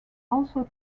also